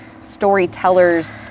storytellers